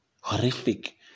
horrific